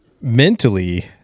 mentally